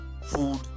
food